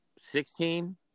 Sixteen